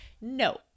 no